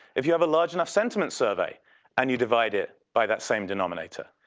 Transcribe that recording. if you have large enough sentiment survey and you divide it by that same denominator.